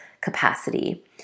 capacity